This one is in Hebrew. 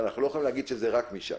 אבל אנחנו לא יכולים להגיד שזה רק משם.